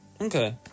Okay